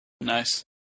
Nice